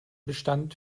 bestand